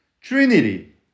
Trinity